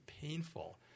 painful